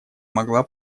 могла